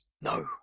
No